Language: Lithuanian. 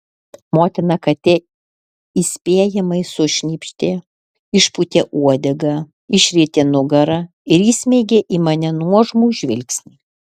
motina katė įspėjamai sušnypštė išpūtė uodegą išrietė nugarą ir įsmeigė į mane nuožmų žvilgsnį